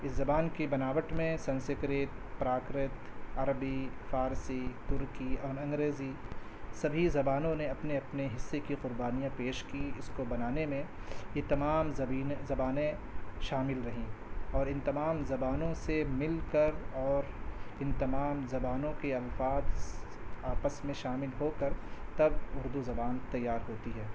اس زبان کی بناوٹ میں سنسکرت پراکرت عربی فارسی ترکی اور انگریزی سبھی زبانوں نے اپنے اپنے حصے کی قربانیاں پیش کی اس کو بنانے میں یہ تمام زبینے زبانیں شامل رہیں اور ان تمام زبانوں سے مل کر اور ان تمام زبانوں کے الفاظ آپس میں شامل ہو کر تب اردو زبان تیار ہوتی ہے